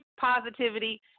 positivity